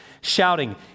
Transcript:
shouting